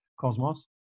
cosmos